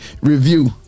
review